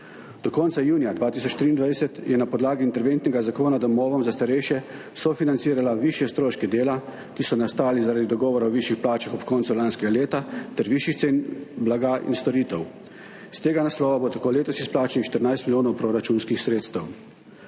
Do konca junija 2023 je na podlagi interventnega zakona domovom za starejše sofinancirala višje stroške dela, ki so nastali zaradi dogovora o višjih plačah ob koncu lanskega leta ter višjih cen blaga in storitev. Iz tega naslova bo tako letos izplačanih 14 milijonov proračunskih sredstev.